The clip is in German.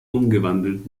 umgewandelt